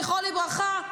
זכרו לברכה.